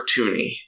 cartoony